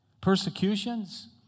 Persecutions